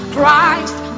Christ